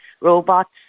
robots